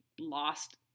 lost